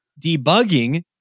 Debugging